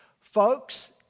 Folks